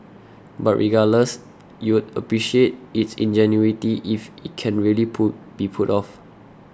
but regardless you'd appreciate its ingenuity if it can really pull be pulled off